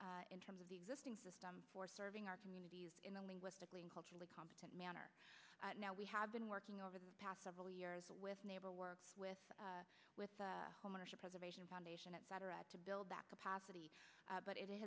gap in terms of the existing system for serving our communities in the linguistically culturally competent manner now we have been working over the past several years with neighbor works with with homeownership preservation foundation et cetera to build that capacity but it